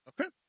Okay